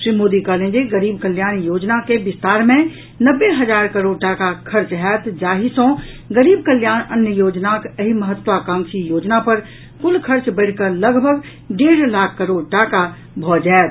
श्री मोदी कहलनि जे गरीब कल्याण योजना के विस्तार मे नब्बे हजार करोड़ टाका खर्च होयत जाहि सँ गरीब कल्याण अन्न योजनाक एहि महत्वाकांक्षी योजना पर कुल खर्च बढ़ि कऽ लगभग ढेड लाख करोड़ टाका भऽ जायत